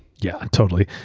yeah, totally.